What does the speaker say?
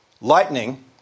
Lightning